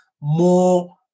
more